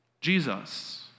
Jesus